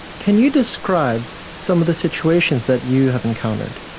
can you describe some of the situations that you have encountered?